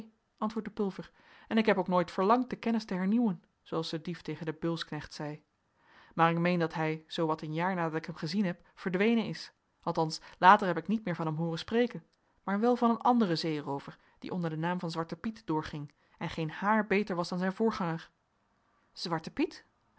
pulver en ik heb ook nooit verlangd de kennis te hernieuwen zooals de dief tegen den beulsknecht zei maar ik meen dat hij zoo wat een jaar nadat ik hem gezien heb verdwenen is althans later heb ik niet meer van hem hooren spreken maar wel van een anderen zeeroover die onder den naam van zwarten piet doorging en geen haar beter was dan zijn voorganger zwarte piet